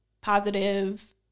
positive